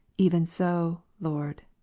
even so, lord,